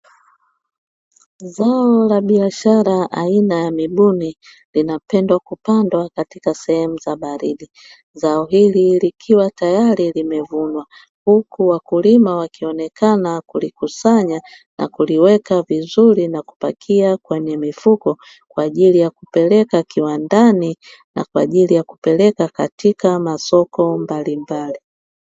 Zao la biashara aina ya mibuni, linapendwa kupandwa katika sehemu za baridi. Zao hili likiwa tayari limevunwa huku wakulima wakionekana kulikusanya na kuliweka vizuri na kupakia kwenye mifuko kwa ajili ya kupeleka kiwandani na kwa ajili ya kupeleka katika masoko mbalimbali.